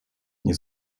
nie